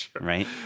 Right